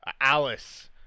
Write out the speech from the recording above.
Alice